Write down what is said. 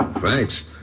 thanks